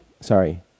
sorry